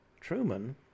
Truman